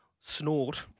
snort